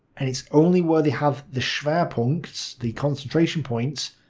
and it's only where they have the schwerpunkt, the concentration point,